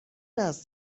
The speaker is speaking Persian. است